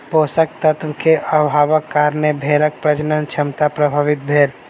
पोषक तत्व के अभावक कारणें भेड़क प्रजनन क्षमता प्रभावित भेल